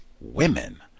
women